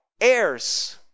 heirs